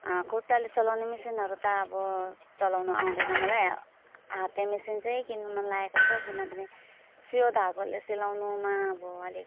खुट्टाले चलाउने मेसिनहरू त अब चलाउनु आउँदैन मलाई हाते मेसिन चाहिँ किन्नु मन लागेको छ किनभने सियो धागोले सिलाउनुमा अब अलिक